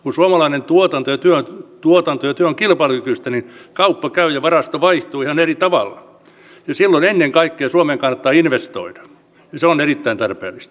kun suomalainen tuotanto ja työ on kilpailukykyistä niin kauppa käy ja varasto vaihtuu ihan eri tavalla ja silloin ennen kaikkea suomen kannattaa investoida se on erittäin tarpeellista